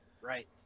right